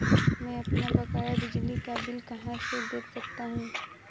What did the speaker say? मैं अपना बकाया बिजली का बिल कहाँ से देख सकता हूँ?